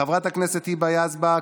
חברת הכנסת היבה יזבק,